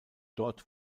dort